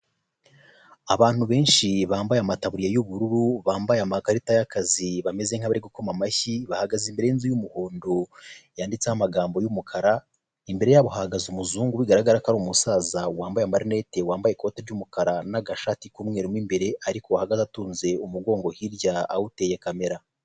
Abantu benshi bambaye amatabuya y'ubururu, bambaye amakarita y'akazi bameze nk'abari gukoma amashyi bahagaze imbere yinzu y'umuhondo yanditseho amagambo y'umukara, imbere yabo hahagaze umuzungu bigaragara ko ari umusaza wambaye amarineti wambaye ikoti ry'umukara n'agashati k'umweru mw'imbere ariko wahagaze atunze umugongo hirya awuteye kamera.